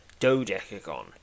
Dodecagon